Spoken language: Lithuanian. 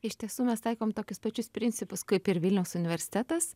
iš tiesų mes taikom tokius pačius principus kaip ir vilniaus universitetas